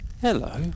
hello